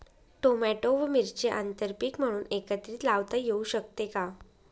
Tomato व मिरची आंतरपीक म्हणून एकत्रित लावता येऊ शकते का?